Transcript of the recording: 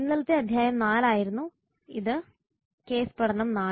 ഇന്നലത്തെ അധ്യായം 4 ആയിരുന്നു ഇത് കേസ് പഠനം 4